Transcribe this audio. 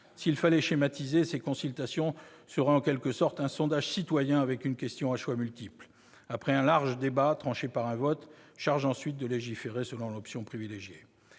S'il fallait schématiser, ces consultations seraient un sondage citoyen avec une question à choix multiples. Après un large débat tranché par un vote, charge ensuite de légiférer selon l'option privilégiée.